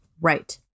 right